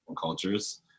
cultures